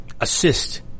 assist